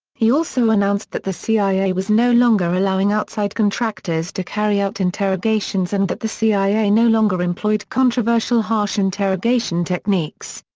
he also announced that the cia was no longer allowing outside contractors to carry out interrogations and that the cia no longer employed controversial harsh interrogation techniques.